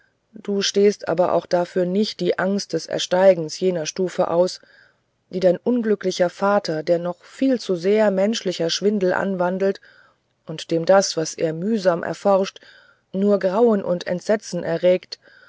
du stehst aber auch dafür nicht die angst des ersteigens jener stufe aus wie dein unglücklicher vater den noch viel zu sehr menschlicher schwindel anwandelt und dem das was er mühsam erforscht nur grauen und entsetzen erregt